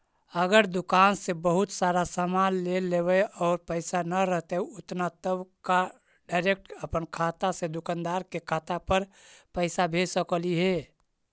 अगर दुकान से बहुत सारा सामान ले लेबै और पैसा न रहतै उतना तब का डैरेकट अपन खाता से दुकानदार के खाता पर पैसा भेज सकली हे?